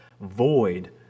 void